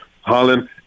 Harlan